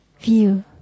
view